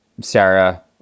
Sarah